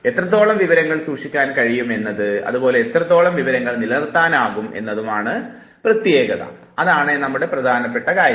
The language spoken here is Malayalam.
എത്രത്തോളം വിവരങ്ങൾ സൂക്ഷിക്കാൻ കഴിയും അതുപോലെ എത്രത്തോളം വിവരങ്ങൾ നിലനിർത്താനാകും എന്നതാണ് പ്രമേയം